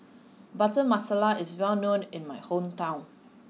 Butter Masala is well known in my hometown